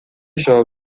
jovem